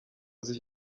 sich